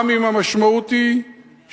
גם אם המשמעות היא שייהרגו,